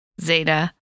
Zeta